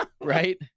right